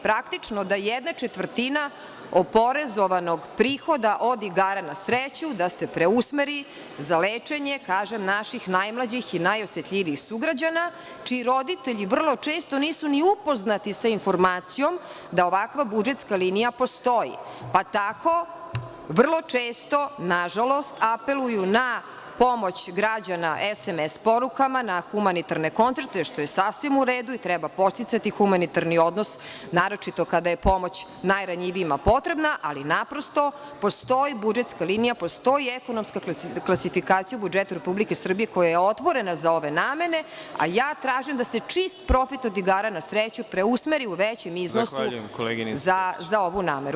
Praktično, da jedna četvrtina oporezovanog prihoda od igara na sreću, da se preusmeri za lečenje, kažem, naših najmlađih i najosetljivijih sugrađana, čiji roditelji vrlo često nisu ni upoznati sa informacijom da ovakva budžetska linija postoji, pa tako vrlo često, nažalost, apeluju na pomoć građana SMS porukama, na humanitarne koncerte, što je sasvim u redu i treba podsticati humanitarni odnos, naročito kada je pomoć najranjivijima potrebna, ali naprosto, postoji budžetska linija, postoji ekonomska klasifikacija u budžetu Republike Srbije koja je otvorena za ove namene, a ja tražim da se čist profit od igara na sreću preusmeri u većem iznosu za ovu nameru.